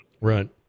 Right